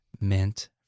meant